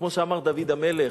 כמו שאמר דוד המלך: